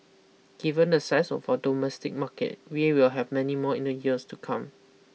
given the size of our domestic market we will have many more in the years to come